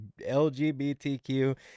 LGBTQ